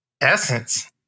Essence